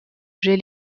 j’ai